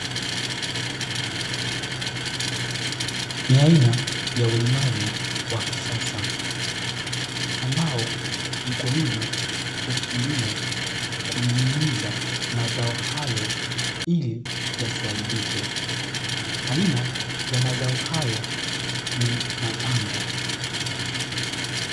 Ni aina ya ulimaji wa kisasa ambao mkulima hutumia kuning'iniza mazao hayo ili yasiharibike, aina ya mazao hayo ni matango.